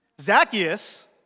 Zacchaeus